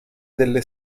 delle